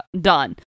done